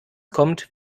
kommt